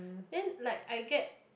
then like I get